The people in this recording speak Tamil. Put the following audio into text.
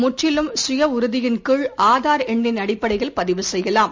முற்றிலும் சுய உறுதியின் கீழஆதார் எண்ணின் அடிப்படையில் பதிவு செய்யலாம்